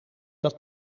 dat